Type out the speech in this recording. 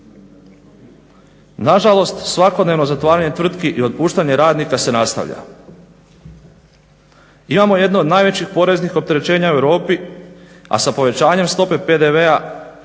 Nažalost, svakodnevno zatvaranje tvrtki i otpuštanje radnika se nastavlja. Imamo jedno od najvećih poreznih opterećenja u Europi, a sa povećanjem stope PDV-a,